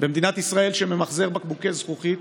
במדינת ישראל שממחזר בקבוקי זכוכית